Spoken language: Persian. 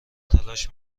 تلاش